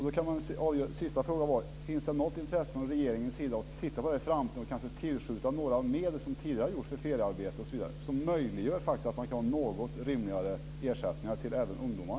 Den sista frågan är då: Finns det något intresse från regeringens sida att titta på det här i framtiden och kanske tillskjuta medel för feriearbete, som tidigare gjorts, som möjliggör något rimligare ersättningar även till ungdomar?